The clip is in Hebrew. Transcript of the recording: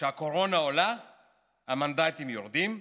כשהקורונה עולה המנדטים יורדים,